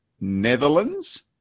Netherlands